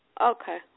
Okay